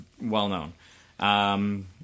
well-known